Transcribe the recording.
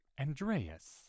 Andreas